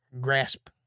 grasp